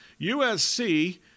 USC